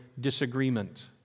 Disagreement